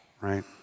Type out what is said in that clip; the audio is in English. right